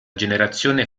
generazione